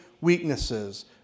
weaknesses